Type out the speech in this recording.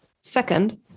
Second